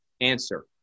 answer